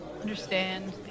understand